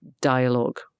dialogue